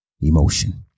emotion